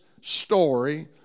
story